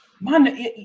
man